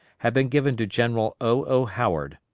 had been given to general o. o. howard.